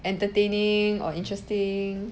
entertaining or interesting